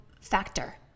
factor